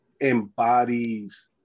embodies